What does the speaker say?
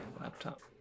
laptop